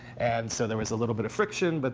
and so there was a little bit of friction, but